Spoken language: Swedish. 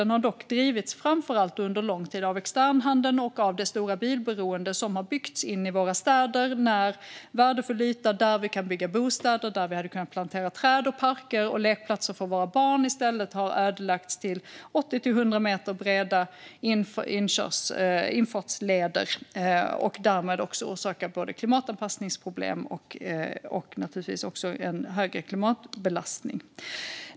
Den har dock framför allt och under lång tid drivits av externhandeln och av det stora bilberoende som har byggts in i våra städer när värdefull yta där vi hade kunnat bygga bostäder, plantera träd och parker och bygga lekplatser för våra barn i stället har ödelagts till förmån för 80-100 meter breda infartsleder och som därmed också orsakar både klimatanpassningsproblem och en högre klimatbelastning.